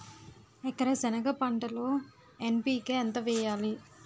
ఎకర సెనగ పంటలో ఎన్.పి.కె ఎంత వేయాలి?